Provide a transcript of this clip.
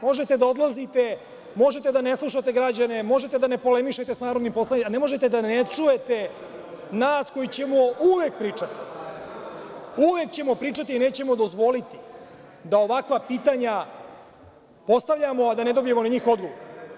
Možete da odlazite, možete da ne slušate građane, možete da ne polemišete sa narodnim poslanicima, ali ne možete da ne čujete nas koji ćemo uvek pričati i nećemo dozvoliti da ovakva pitanja postavljamo, a da ne dobijemo na njih odgovor.